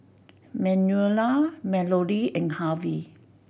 Manuela Melodee and Harvey